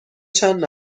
چند